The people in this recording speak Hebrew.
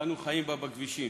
שאנו חיים בה בכבישים.